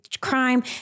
Crime